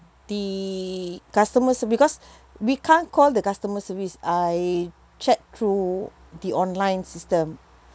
the customer ser~ because we can't call the customer service I check through the online system